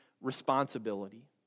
responsibility